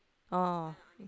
oh